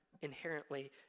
inherently